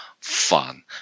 fun